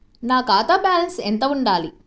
నా ఖాతా బ్యాలెన్స్ ఎంత ఉండాలి?